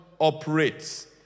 operates